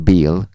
Bill